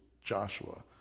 Joshua